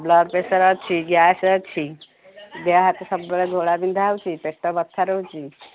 blood pressure ଅଛି gas ଅଛି ଦେହ ହାତ ସବୁବେଳେ ଘୋଳାବିନ୍ଧା ହେଉଛି ପେଟ ବଥା ରହୁଛି